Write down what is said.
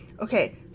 Okay